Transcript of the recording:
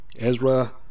Ezra